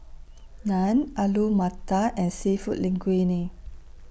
Naan Alu Matar and Seafood Linguine